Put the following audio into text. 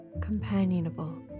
companionable